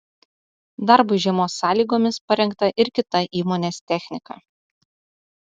darbui žiemos sąlygomis parengta ir kita įmonės technika